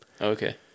Okay